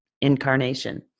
incarnation